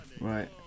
right